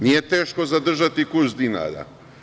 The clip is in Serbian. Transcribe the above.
Nije teško zadržati kurs dinara.